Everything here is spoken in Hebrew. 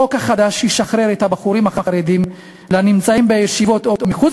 החוק החדש ישחרר את הבחורים החרדים הנמצאים בישיבות או מחוץ